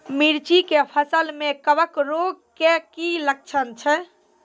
मिर्ची के फसल मे कवक रोग के की लक्छण छै?